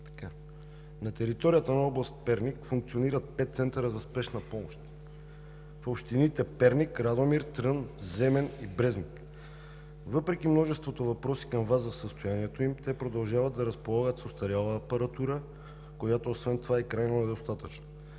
На територията на област Перник функционират пет центъра за спешна помощ в общините Перник, Радомир, Трън, Земен и Брезник. Въпреки множеството въпроси към Вас за състоянието им, те продължават да разполагат с остаряла апаратура, която освен това е крайно недостатъчна.